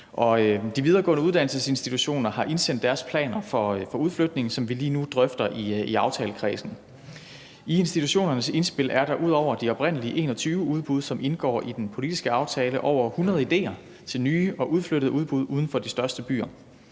de videregående uddannelsesinstitutioner har indsendt deres planer for udflytning, som vi lige nu drøfter i aftalekredsen. I institutionernes indspil er der ud over de oprindelige 21 udbud, som indgår i den politiske aftale, over 100 idéer til nye og udflyttede udbud uden for de største byer